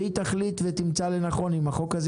והיא תחליט ותמצא לנכון אם החוק הזה